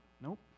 Nope